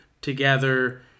together